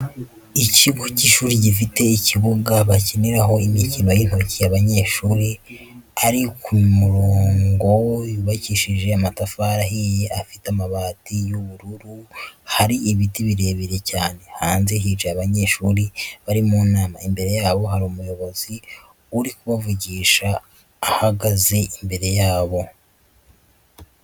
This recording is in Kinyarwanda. Ikigo cy'ishuri gifite ikibuga bakiniraho imikino y'intoki, amashuri ari ku murongo yubakishije amatafari ahiye afite amabati y'ubururu, hari n'ibiti birebire cyane, hanze hicaye abanyeshuri bari mu nama, imbere yabo hari umuyobozi uri kubavugisha, ahagaze imbere yabo.